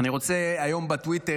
היום בטוויטר,